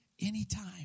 anytime